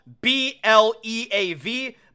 B-L-E-A-V